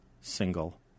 single